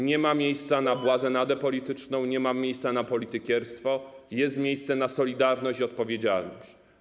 Nie ma miejsca na błazenadę polityczną, nie ma miejsca na politykierstwo, jest miejsce na solidarność i odpowiedzialność.